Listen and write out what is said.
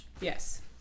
Yes